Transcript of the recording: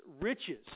riches